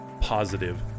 positive